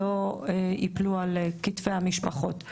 לא ייפלו על כתפי המשפחות.